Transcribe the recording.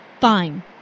Fine